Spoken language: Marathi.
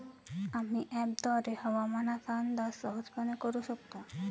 आम्ही अँपपद्वारे हवामानाचा अंदाज सहजपणे करू शकतो